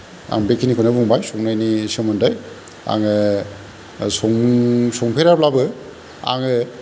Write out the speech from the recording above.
आं बेखिनिखौनो बुंबाय संनायनि सोमोन्दै आङो सं संफेराब्लाबो आङो